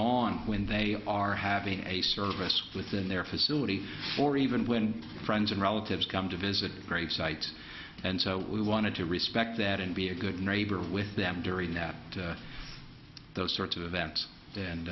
on when they are having a service within their facility or even when friends and relatives come to visit great sites and so we wanted to respect that and be a good neighbor with them during nap those sorts of